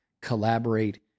collaborate